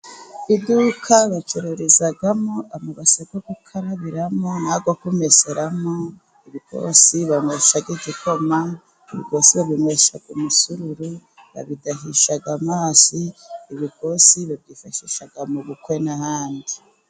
Iduka bacururizamo amabase yo gukarabiramo n'ayo kumeseramo, ibikosi banywesha igikoma, ibikosi babinywesha umusururu, babidahisha amazi, Ibikosi babyifashisha mu bukwe n'ahandi.